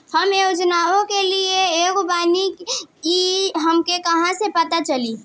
हम योजनाओ के लिए योग्य बानी ई हमके कहाँसे पता चली?